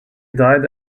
died